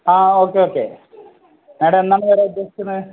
ആ okay okay madam എന്നാണ് വരാനുദ്ദേശിക്കുന്നത്